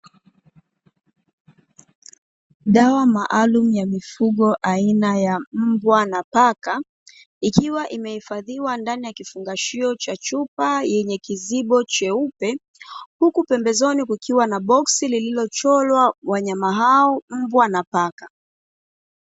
Dawa maalumu ya mifugo aina ya mbwa na paka, ikiwa imehifadhiwa ndani ya kifungashio cha chupa, yenye kizibo cheupe. Huku pembezoni kukiwa na boksi lililochorwa wanyama hao, mbwa na paka.